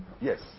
Yes